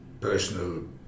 personal